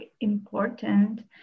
important